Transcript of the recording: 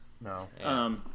No